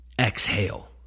exhale